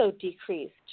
decreased